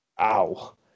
Ow